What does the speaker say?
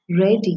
ready